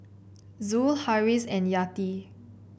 Zul Harris and Yati